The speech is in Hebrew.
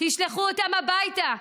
תשלחו אותם הביתה.